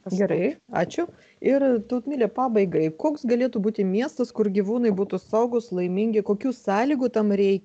gerai ačiū ir tautmile pabaigai koks galėtų būti miestas kur gyvūnai būtų saugūs laimingi kokių sąlygų tam reikia